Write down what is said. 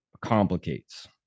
complicates